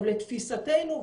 לתפיסתנו,